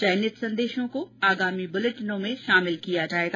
चयनित संदेशों को आगामी बुलेटिनों में शामिल किया जाएगा